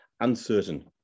uncertain